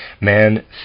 Man